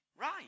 right